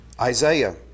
Isaiah